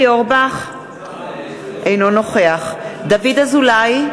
אינו נוכח דוד אזולאי,